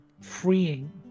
freeing